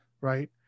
right